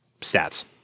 stats